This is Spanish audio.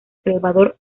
salvador